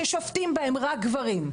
ששולטים בהם רק גברים,